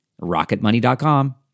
rocketmoney.com